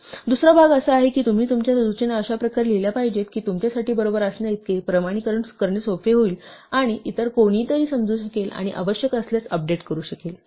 आणि दुसरा भाग असा आहे की तुम्ही तुमच्या सूचना अशा प्रकारे लिहिल्या पाहिजेत की तुमच्यासाठी बरोबर असण्याइतके प्रमाणीकरण करणे सोपे होईल आणि इतर कोणीतरी समजू शकेल आणि आवश्यक असल्यास अपडेट करू शकेल